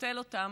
לבטל אותן,